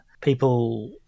people